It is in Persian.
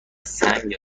سنگ